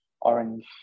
orange